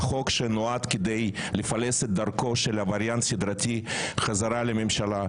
החוק נועד לפלס את דרכו של עבריין סדרתי בחזרה לממשלה.